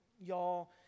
y'all